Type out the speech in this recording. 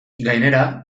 gainera